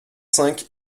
cinq